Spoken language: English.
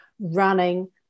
running